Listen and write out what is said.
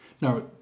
Now